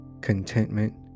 contentment